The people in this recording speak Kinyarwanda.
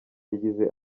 yagize